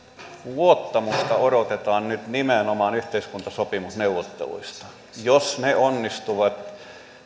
luottamusta odotetaan nyt nimenomaan yhteiskuntasopimusneuvotteluista jos ne onnistuvat